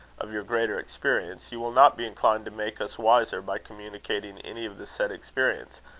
of your greater experience, you will not be inclined to make us wiser by communicating any of the said experience,